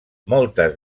moltes